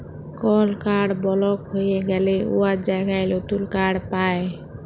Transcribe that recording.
call card block হঁয়ে গ্যালে উয়ার জায়গায় লতুল কাড় পায়